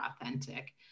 authentic